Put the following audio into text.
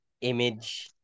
image